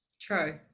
true